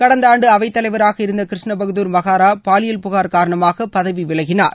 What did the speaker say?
கடந்த ஆண்டு அவைத் தலைவராக இருந்த கிருஷ்ணபகதூர் மகாரா பாலியல் புகார் காரணமாக பதவி விலகினார்